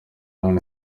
none